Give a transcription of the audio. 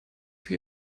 für